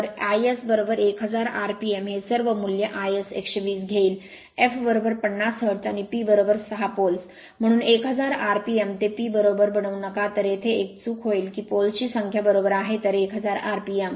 तर iS 1000 rpm हे सर्व मूल्य iS 120 घेईल एफ 50 हर्ट्ज आणि P 6 poles म्हणून 1000 rpm ते P बरोबर बनवू नका तर येथे एक चूक होईल की polesची संख्या बरोबर आहे तर 1000 rpm